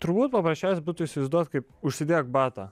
turbūt paprasčiausia būtų įsivaizduot kaip užsidėk batą